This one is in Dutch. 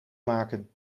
maken